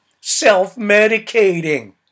self-medicating